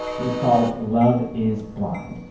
it is called love is blind.